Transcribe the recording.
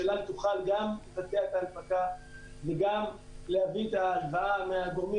שאל על תוכל גם לבצע את הנפקה וגם להביא את ההלוואה מהגורמים